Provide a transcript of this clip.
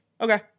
okay